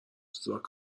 زاک